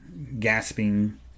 Gasping